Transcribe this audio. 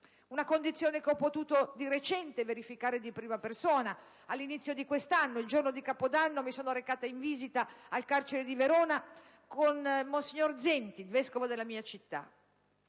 Una condizione che ho potuto di recente verificare di persona all'inizio di quest'anno: il giorno di Capodanno mi sono recata in visita al carcere di Verona con monsignor Zenti, vescovo della mia città.